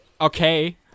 Okay